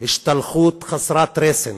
השתלחות חסרת רסן